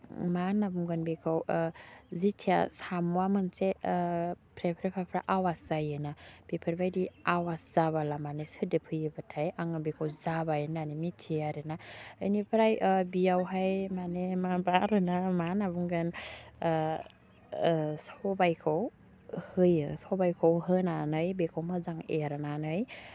मा होन्ना बुंगोन बेखौ जिथिया साम'आ मोनसे फ्रेफ्रे फ्राफ्रा आवास जायोना बेफोरबायदि आवास जाबोला माने सोदोब फैयोबाथाय आङो बेखौ जाबाय होन्नानै मिथियो आरोना बिनिफ्राय बेयावहाय माने माबा आरोना मा होन्ना बुंगोन सबाइखौ होयो सबाइखौ होनानै बेखौ मोजां एरनानै